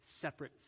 separate